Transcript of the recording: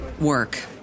work